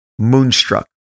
Moonstruck